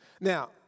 Now